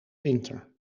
winter